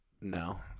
No